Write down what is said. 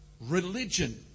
religion